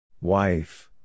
Wife